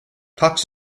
tux